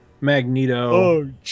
Magneto